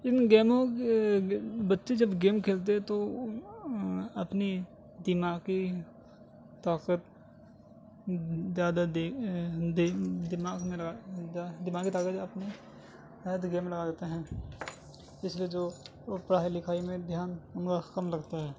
ان گیموں کے بچے جب گیم کھیلتے ہیں تو اپنی دماغی طاقت زیادہ دماغ میں لگا دماغی طاقت اپنی زیادہ تر گیم میں لگا دیتے ہیں اس لیے جو پڑھائی لکھائی میں دھیان ان کا کم لگتا ہے